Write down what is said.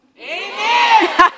Amen